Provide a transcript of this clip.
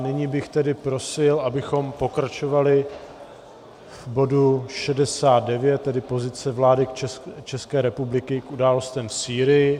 Nyní bych tedy prosil, abychom pokračovali v bodu 69, tedy Pozice vlády České republiky k událostem v Sýrii.